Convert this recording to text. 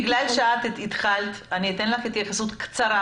בגלל שהתחלת אני אתן לך לומר התייחסות קצרה,